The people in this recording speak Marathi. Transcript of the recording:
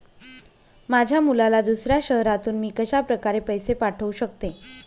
माझ्या मुलाला दुसऱ्या शहरातून मी कशाप्रकारे पैसे पाठवू शकते?